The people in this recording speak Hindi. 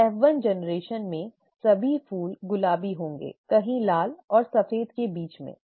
F1 पीढ़ी में सभी फूल गुलाबी होंगे कहीं लाल और सफेद के बीच में ठीक है